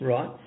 Right